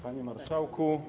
Panie Marszałku!